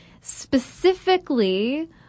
specifically